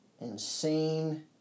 insane